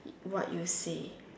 what you say